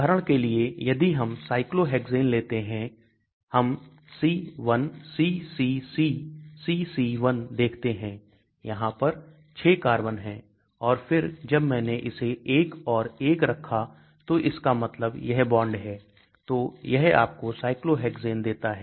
उदाहरण के लिए यदि हम Cyclohexane लेते हैं हम C1CCCCC1 देखते हैं यहां पर 6 कार्बन हैं और फिर जब मैंने इसे 1 और 1 रखा तो इसका मतलब यह बॉन्ड है तो यह आप को Cyclohexane देता है